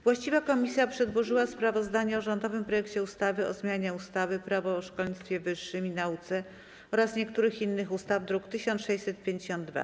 Właściwe komisje przedłożyły sprawozdanie o rządowym projekcie ustawy o zmianie ustawy - Prawo o szkolnictwie wyższym i nauce oraz niektórych innych ustaw, druk nr 1652.